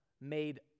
made